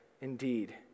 indeed